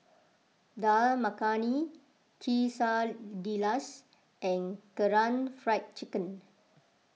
Dal Makhani Quesadillas and Karaage Fried Chicken